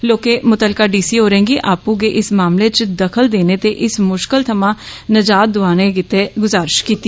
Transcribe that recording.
लोके मुतलका डीसी होरें गी आपू गै इस मामले च दखल देने ते इस मुशकत थमां नंजाद दुआने लेई गुजारश कीती